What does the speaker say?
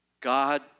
God